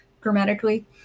grammatically